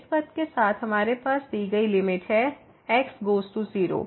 तो इस पथ के साथ हमारे पास दी गई लिमिट है x गोज़ टू 0